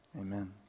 Amen